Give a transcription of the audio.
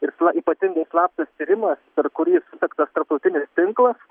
ir ypatingai slaptas tyrimas per kurį susektas tarptautinis tinklas